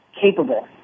capable